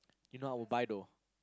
if not I would buy though